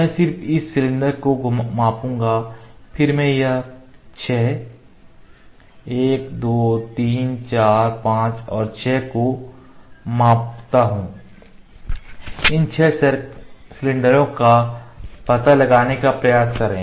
मैं सिर्फ इस पूर्ण सिलेंडर को मापूंगा फिर मैं यह 6 1 2 3 4 5 और 6 को मैं मापता हूं इन छह सर्कल सिलेंडरों का पता लगाने का प्रयास करें